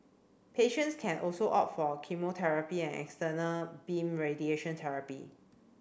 patients can also opt for chemotherapy and external beam radiation therapy